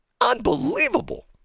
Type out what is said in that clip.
unbelievable